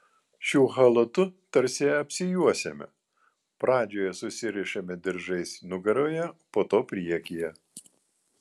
šiuo chalatu tarsi apsijuosiame pradžioje susirišame diržais nugaroje po to priekyje